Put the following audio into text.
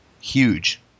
huge